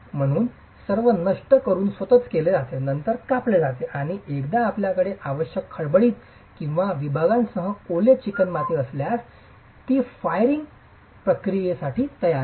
म्हणूनच सर्व काही नष्ट करून स्वतःच केले जाते नंतर हे कापले जाते आणि एकदा आपल्याकडे आवश्यक खडबडीत किंवा विभागांसह ओले चिकणमाती असल्यास ती फायरिंग प्रक्रियेसाठीच तयार असते